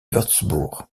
wurtzbourg